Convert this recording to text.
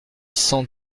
cent